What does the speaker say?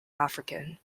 african